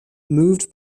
moved